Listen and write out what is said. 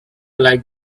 like